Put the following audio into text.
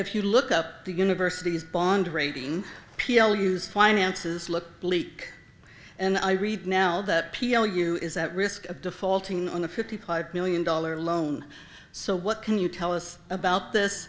if you look up the university's bond rating p l use finances look bleak and i read now that p l u is at risk of defaulting on the fifty five million dollar loan so what can you tell us about this